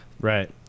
Right